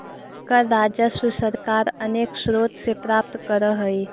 कर राजस्व सरकार अनेक स्रोत से प्राप्त करऽ हई